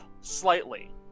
slightly